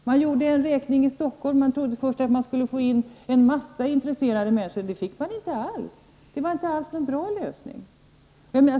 Det gjordes en räkning i Stockholm. Man trodde först att man skulle få en mängd intresserade människor, men det fick man inte alls. Det var inte alls någon bra lösning.